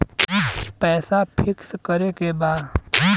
पैसा पिक्स करके बा?